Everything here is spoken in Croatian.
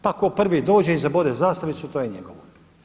Pa tko prvi dođe i zabode zastavicu to je njegovo.